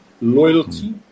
loyalty